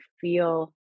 feel